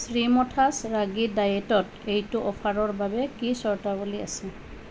শ্ৰীমথাছ ৰাগী ডায়েটত এইটো অফাৰৰ বাবে কি চৰ্তাৱলী আছে